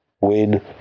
win